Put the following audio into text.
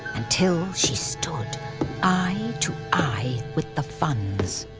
until she stood eye to eye with the funns.